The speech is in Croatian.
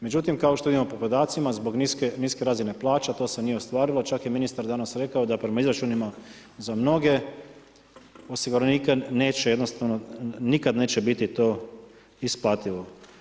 Međutim kao što vidimo po podacima, zbog niske razine plaća, to se nije ostvarilo, čak je ministar rekao da prema izračunima za mnoge osiguranike neće jednostavno, neće nikad biti to isplativo.